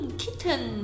kitten